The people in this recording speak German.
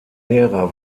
lehrer